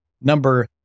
number